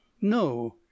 No